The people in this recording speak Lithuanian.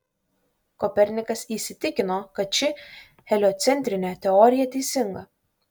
kopernikas įsitikino kad ši heliocentrinė teorija teisinga